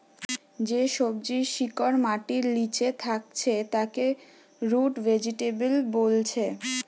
যে সবজির শিকড় মাটির লিচে থাকছে তাকে রুট ভেজিটেবল বোলছে